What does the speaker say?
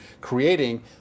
creating